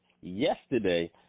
yesterday